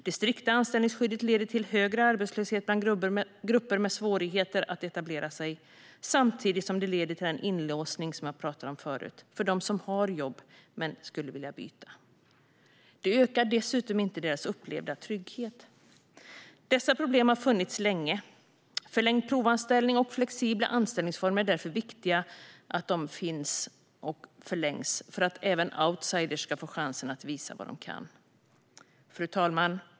Det strikta anställningsskyddet leder till högre arbetslöshet bland grupper med svårigheter att etablera sig, samtidigt som det leder till den inlåsning som jag pratade om förut för dem som har jobb men skulle vilja byta. Det ökar dessutom inte deras upplevda trygghet. Dessa problem har funnits länge. Det är därför viktigt att förlängda provanställningar och flexibla anställningsformer finns och förlängs för att även outsider ska få chansen att visa vad de kan. Fru talman!